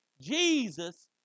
Jesus